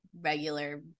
regular